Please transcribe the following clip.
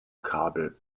kabel